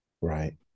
Right